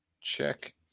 Check